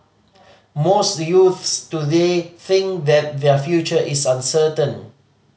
most youths today think that their future is uncertain